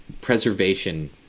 preservation